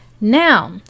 Now